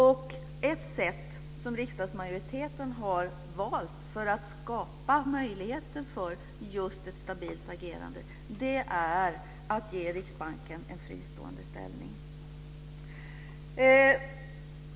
Och ett sätt som riksdagsmajoriteten har valt för att skapa möjligheter för just ett stabilt agerande är att ge Riksbanken en fristående ställning.